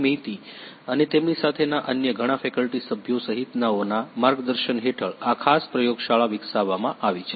મૈતી અને તેમની સાથેનાં અન્ય ઘણા ફેકલ્ટી સભ્યો સહિતના ઓ ના માર્ગદર્શન હેઠળ આ ખાસ પ્રયોગશાળા વિકસાવવામાં આવી છે